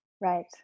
Right